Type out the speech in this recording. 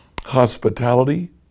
Hospitality